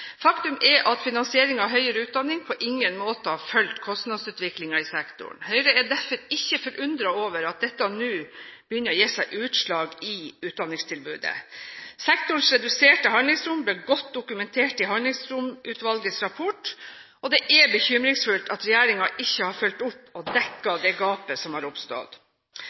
Faktum er at finansieringen av høyere utdanning på ingen måte har fulgt kostnadsutviklingen i sektoren. Høyre er derfor ikke forundret over at dette nå begynner å gi seg utslag i utdanningstilbudet. Sektorens reduserte handlingsrom ble godt dokumentert i Handlingsromsutvalgets rapport. Det er bekymringsfullt at ikke regjeringen har fulgt opp og dekket det gapet som har oppstått.